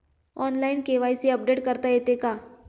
Online KYC update करता येते का?